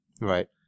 right